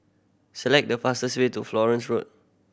select the fastest way to Florence Road